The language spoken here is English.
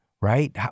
right